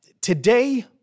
Today